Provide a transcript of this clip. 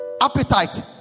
Appetite